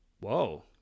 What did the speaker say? Whoa